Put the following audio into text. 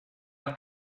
got